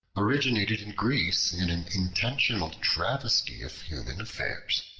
originated in greece in an intentional travestie of human affairs.